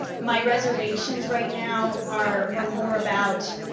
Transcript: my reservations right now are are more about,